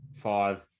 five